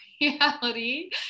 reality